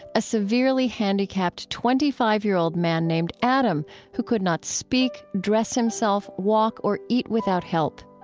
a severely handicapped twenty five year old man named adam who could not speak, dress himself, walk, or eat without help.